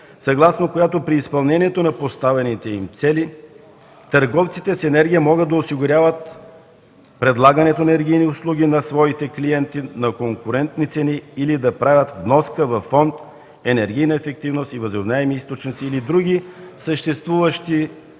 съгласно която при изпълнението на поставените им цели, търговците с енергия могат да осигуряват предлагането на енергийни услуги на своите клиенти на конкурентни цени или да правят вноска във фонд „Енергийна ефективност и възобновяеми източници” или в други съществуващи, или